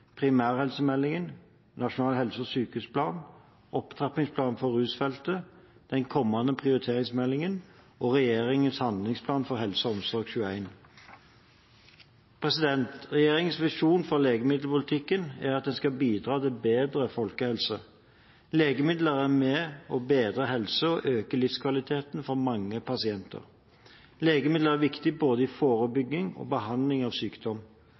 primærhelsemeldingen, Nasjonal helse- og sykehusplan, Opptrappingsplanen for rusfeltet, den kommende prioriteringsmeldingen og regjeringens handlingsplan for HelseOmsorg2l. Regjeringens visjon for legemiddelpolitikken er at den skal bidra til bedre folkehelse. Legemidler er med på å bedre helsen og øke livskvaliteten for mange pasienter. Legemidler er viktig i både forebygging og behandling av sykdom.